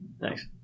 Thanks